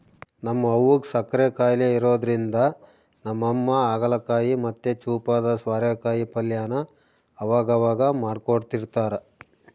ನಮ್ ಅವ್ವುಗ್ ಸಕ್ಕರೆ ಖಾಯಿಲೆ ಇರೋದ್ರಿಂದ ನಮ್ಮಮ್ಮ ಹಾಗಲಕಾಯಿ ಮತ್ತೆ ಚೂಪಾದ ಸ್ವಾರೆಕಾಯಿ ಪಲ್ಯನ ಅವಗವಾಗ ಮಾಡ್ಕೊಡ್ತಿರ್ತಾರ